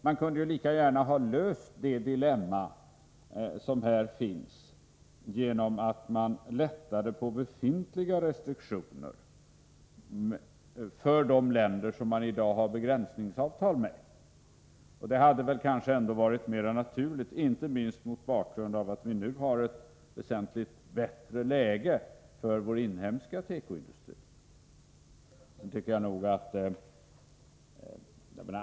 Han kunde ju lika gärna ha löst det dilemma som här finns genom att lätta på befintliga restriktioner för de länder som man i dag har begränsningsavtal med. Det hade varit mer naturligt — inte minst mot bakgrund av att vi nu har ett väsentligt bättre läge för vår inhemska tekoindustri.